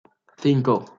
cinco